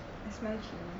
I smell chili